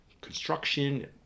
construction